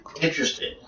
Interesting